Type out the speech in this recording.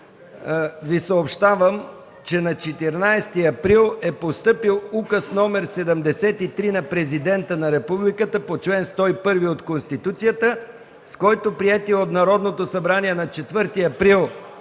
Ви съобщавам, че на 14 април 2014 г. е постъпил Указ № 73 на Президента на републиката по чл. 101 от Конституцията, с който приетият от Народното събрание на 4 април